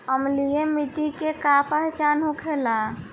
अम्लीय मिट्टी के का पहचान होखेला?